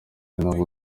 nubwo